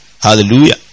Hallelujah